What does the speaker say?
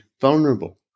vulnerable